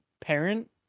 parent